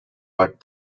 but